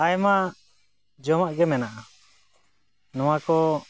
ᱟᱭᱢᱟ ᱡᱚᱢᱟᱜ ᱜᱮ ᱢᱮᱱᱟᱜᱼᱟ ᱱᱚᱣᱟᱠᱚ